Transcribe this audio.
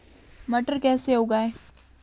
मटर कैसे उगाएं?